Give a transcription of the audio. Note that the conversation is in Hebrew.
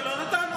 ולא נתנו.